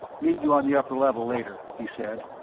meet you on the upper level later, he said,